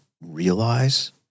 realize